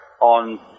on